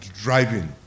driving